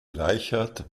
reichert